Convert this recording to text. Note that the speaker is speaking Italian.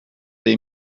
dei